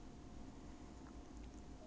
every week leh try every week